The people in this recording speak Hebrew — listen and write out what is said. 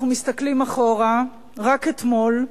אנחנו מסתכלים אחורה, רק אתמול,